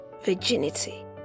Virginity